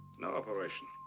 no operation.